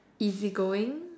easy going